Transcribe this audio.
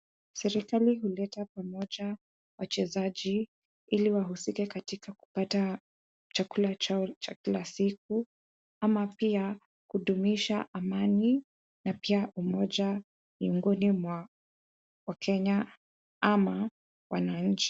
Serikali huleta pamoja wachezaji ili wahusike katika kupata chakula chao cha kila siku, ama pia kudumisha amani na pia umoja miongoni mwa wakenya ama wananchi.